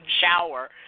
shower